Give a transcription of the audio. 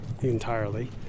entirely